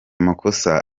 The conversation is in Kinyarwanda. makosa